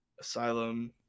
Asylum